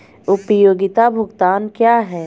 उपयोगिता भुगतान क्या हैं?